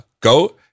go